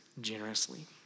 generously